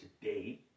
today